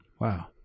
wow